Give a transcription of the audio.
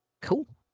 cool